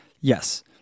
Yes